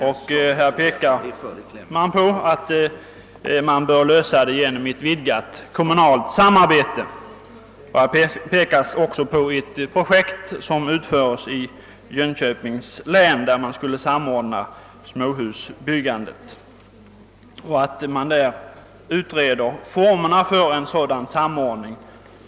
Statsrådet pekar på att man bör lösa frågan genom ett vidgat kommunalt samarbete. Det talas också om ett projekt som utförs inom Jönköpings län, där man skulle samordna småhusbyggandet och där man utreder formerna för en sådan samordning.